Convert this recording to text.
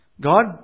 God